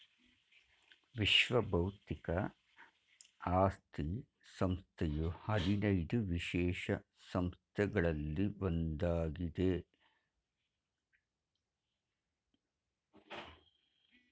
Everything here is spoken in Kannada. ವಿಶ್ವ ಬೌದ್ಧಿಕ ಆಸ್ತಿ ಸಂಸ್ಥೆಯು ಹದಿನೈದು ವಿಶೇಷ ಸಂಸ್ಥೆಗಳಲ್ಲಿ ಒಂದಾಗಿದೆ